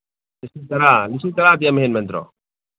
ꯂꯤꯁꯤꯡ ꯇꯔꯥ ꯂꯤꯁꯤꯡ ꯇꯔꯥꯗꯤ ꯌꯥꯝ ꯍꯦꯟꯃꯟꯗ꯭ꯔꯣ